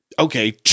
Okay